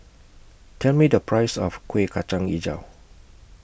Tell Me The Price of Kuih Kacang Hijau